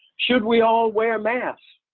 should we all wear masks?